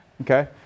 Okay